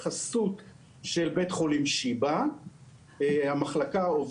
ובהמתנה של שלושה חודשים בהחלט יכולים